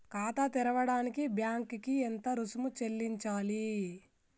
ఖాతా తెరవడానికి బ్యాంక్ కి ఎంత రుసుము చెల్లించాలి?